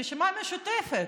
הרשימה המשותפת,